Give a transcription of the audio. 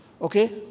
Okay